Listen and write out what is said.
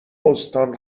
استان